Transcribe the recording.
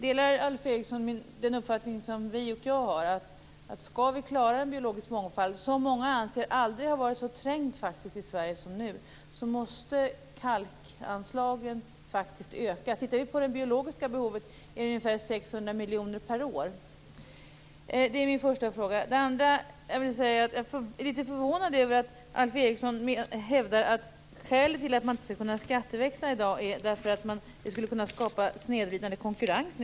Delar Alf Eriksson den uppfattning som vi och jag har att skall vi klara en biologisk mångfald, som många anser aldrig varit så trängd i Sverige som nu, måste kalkanslagen öka. Det biologiska behovet motsvarar ungefär 600 miljoner per år. Det är min första fråga. Det andra jag vill ta upp är att jag är litet förvånad över att Alf Eriksson hävdar att skälet till att man inte skall kunna skatteväxla i dag är att det skulle snedvrida konkurrensen.